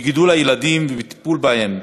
בגידול הילדים ובטיפול בהם,